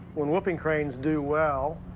when whooping cranes do well,